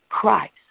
Christ